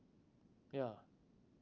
yeah